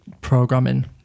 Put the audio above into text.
programming